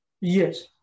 Yes